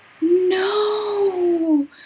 No